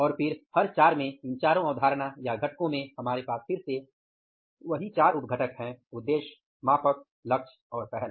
और फिर से हर चार में इन चारों अवधारणा या घटकों में हमारे पास फिर से वही चार उप घटक हैं उद्देश्य मापक लक्ष्य और पहल